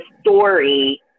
story